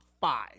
five